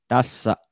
Tässä